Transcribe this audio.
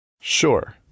Sure